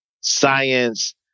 science